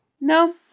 No